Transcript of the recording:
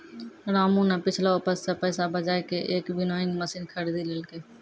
रामू नॅ पिछलो उपज सॅ पैसा बजाय कॅ एक विनोइंग मशीन खरीदी लेलकै